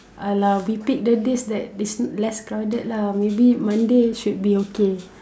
ah lah we pick the days that is less crowded lah maybe Monday should be okay